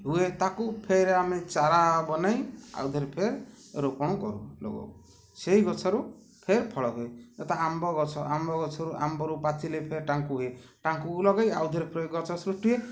ହୁଏ ତା'କୁ ଫେରେ ଆମେ ଚାରା ବନାଇ ଆଉ ଥରେ ଫେର୍ ରୋପଣ କରୁ ଲଗାଉ ସେହି ଗଛରୁ ଫେର୍ ଫଳ ହୁଏ ଯଥା ଆମ୍ବ ଗଛ ଆମ୍ବ ଗଛରୁ ଆମ୍ବରୁ ପାଚିଲେ ଫେର୍ ଟାଙ୍କୁ ହୁଏ ଟାଙ୍କୁକୁ ଲଗାଇ ଆଉ ଥେରେ ଫେର୍ ଗଛ ସୃଷ୍ଟି ହୁଏ